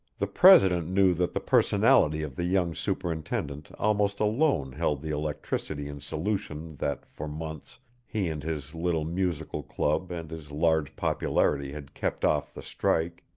the president knew that the personality of the young superintendent almost alone held the electricity in solution that for months he and his little musical club and his large popularity had kept off the strike.